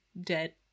dead